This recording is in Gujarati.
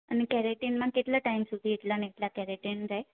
અને કેરાટિનમાં કેટલા ટાઈમ સુધી એટલા ને એટલા કેરેટીન રહે